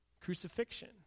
crucifixion